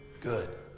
Good